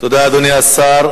תודה, אדוני השר.